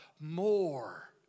more